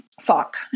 fuck